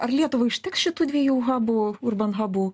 ar lietuvai užteks šitų dviejų habų urbanhabų